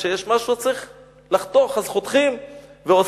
כשיש משהו וצריך לחתוך, אז חותכים ועושים.